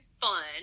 fun